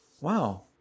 Wow